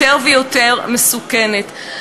יותר ויותר מסוכנת.